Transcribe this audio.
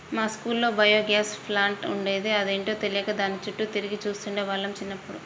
మా స్కూల్లో biogas plant ఉండేది, అదేంటో తెలియక దాని చుట్టూ తిరిగి చూస్తుండే వాళ్ళం చిన్నప్పుడు